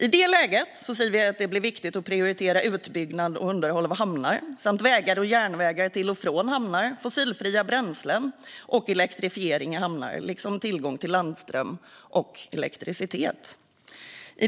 I det läget är det viktigt att prioritera utbyggnad och underhåll av hamnar samt vägar och järnvägar till och från hamnar, fossilfria bränslen och elektrifiering av hamnar liksom tillgång till landström.